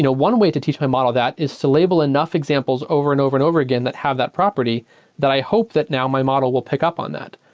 you know one way to teach a model that is to label enough examples over and over and over again that have that property that i hope that now my model will pick up on that,